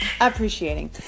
appreciating